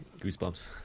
Goosebumps